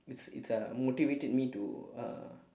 it's it's uh motivated me to uh